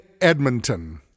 Edmonton